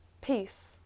Peace